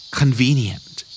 convenient